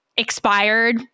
Expired